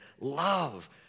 love